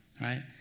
right